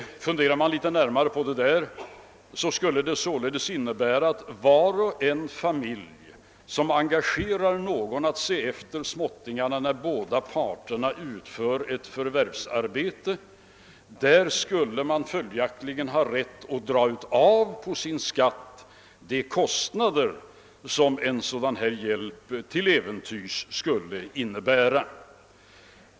Om man ser litet närmare på den saken skulle det kravet innebära att varje familj, som engagerar någon att se efter småttningarna när båda makarna arbetar utanför hemmet, skulle ha rätt att vid beskattningen dra av kostnader som en sådan hjälp kan föra med sig.